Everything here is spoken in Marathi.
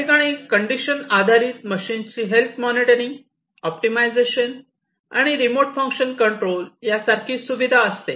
याठिकाणी कंडिशन आधारित मशीनची हेल्थ मॉनिटरिंग ऑप्टिमायझेशन आणि रिमोट फंक्शन कंट्रोल या सारखी सुविधा असते